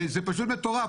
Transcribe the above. זה פשוט מטורף.